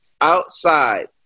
outside